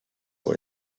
pour